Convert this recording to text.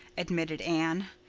admitted anne.